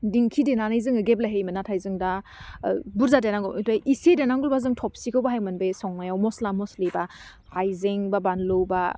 दिंखि देनानै जोङो गेब्ले होयोमोन नाथाय जों दा ओह बुरजा देनांगौ बेनिफ्राय इसे देनांगौब्ला जों थफिखौ बाहायोमोन बे संनायाव मस्ला मस्लि बा हाइजें बा बानलु बा